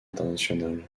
internationale